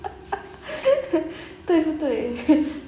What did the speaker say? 对不对